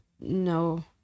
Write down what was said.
no